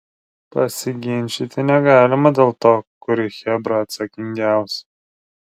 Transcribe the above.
pasiginčyti negalima dėl to kuri chebra atsakingiausia